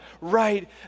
right